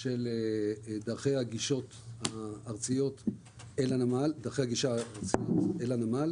של דרכי הגישה הארציות אל הנמל